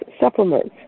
supplements